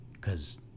cause